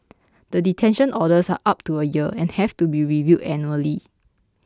the detention orders are up to a year and have to be reviewed annually